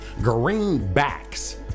Greenbacks